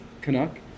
Canuck